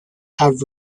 have